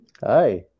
Hi